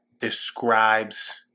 describes